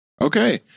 Okay